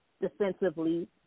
defensively